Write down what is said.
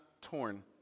torn